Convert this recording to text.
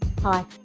Hi